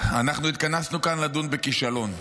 אנחנו התכנסנו כאן לדון בכישלון,